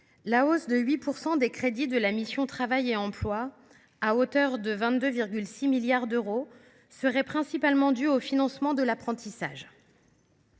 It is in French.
la hausse de 8 % des crédits de la mission « Travail et Emploi », à hauteur de 22,6 milliards d’euros, serait principalement due au financement de l’apprentissage.